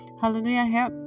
Hallelujah